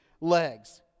legs